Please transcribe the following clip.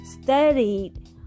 studied